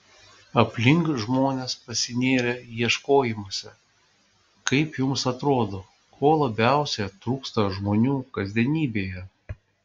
aplink žmonės pasinėrę ieškojimuose kaip jums atrodo ko labiausiai trūksta žmonių kasdienybėje